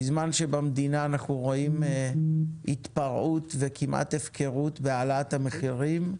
בזמן שבמדינה אנחנו רואים התפרעות וכמעט הפקרות בהעלאת המחירים,